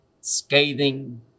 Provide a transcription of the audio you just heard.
scathing